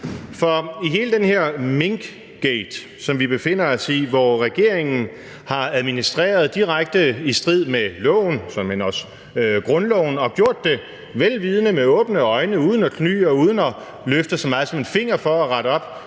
For i hele den her minkgate, som vi befinder os i, hvor regeringen har administreret direkte i strid med loven og såmænd også grundloven – og har gjort det vel vidende og med åbne øjne uden at kny og uden at løfte så meget som en finger for at rette op